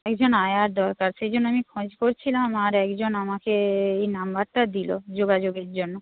একজন আয়ার দরকার সেইজন্য আমি খোঁজ করছিলাম আর একজন আমাকে এই নাম্বারটা দিল যোগাযোগের জন্য